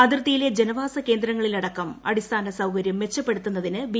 അതിർത്തിയിലെ ജനവാസ കേന്ദ്രങ്ങളിലടക്കം അടിസ്ഥാന സൌകര്യം മെച്ചപ്പെടുത്തുന്നതിന് ബി